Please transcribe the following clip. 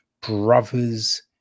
Brothers